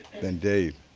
then dave.